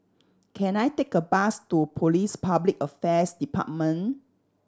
can I take a bus to Police Public Affairs Department